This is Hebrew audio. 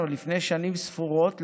עוד לפני שנים ספורות,